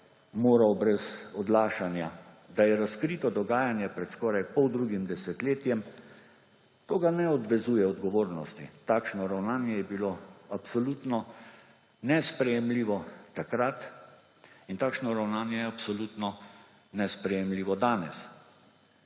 moral brez odlašanja. Da je razkrito dogajanja pred skoraj poldrugim desetletjem, to ga ne odvezuje odgovornosti. Takšno ravnanje je bilo absolutno nesprejemljivo takrat in takšno ravnanje je absolutno nesprejemljivo danes.